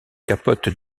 capotes